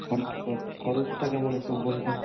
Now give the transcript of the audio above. খরচ খরচটা কেমন একটু বলতেন